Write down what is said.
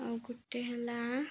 ଆଉ ଗୋଟେ ହେଲା